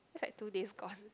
that's like two days gone